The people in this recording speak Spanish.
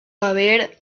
haber